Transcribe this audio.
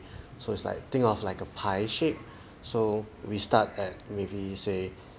so it's like think of like a pie shaped so we start at maybe say